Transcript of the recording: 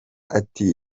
ati